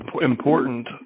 important